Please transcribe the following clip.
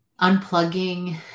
unplugging